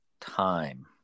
time